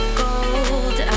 gold